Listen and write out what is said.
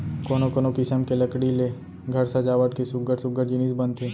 कोनो कोनो किसम के लकड़ी ले घर सजावट के सुग्घर सुग्घर जिनिस बनथे